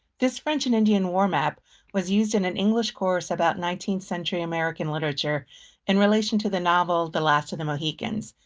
this french and indian war map was used in an english course about nineteenth century american literature in relation to the novel the last of the mohicans.